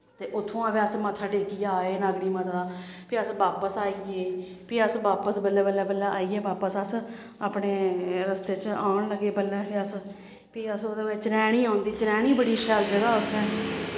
ते उत्थुआं फ्ही अस मत्था टेकियै आए नागनी माता दा फ्ही अस बापस आई गे फ्ही अस बापस बल्लें बल्लें बल्लें आई गे बापस अस अपने रस्ते च आन लगे बल्लें फिर अस फ्ही अस ओह्दे बिच्च चनैनी औंदी चनैनी बड़ी शैल जगह् उत्थें